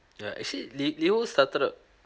ya actually li~ liho started up